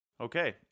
Okay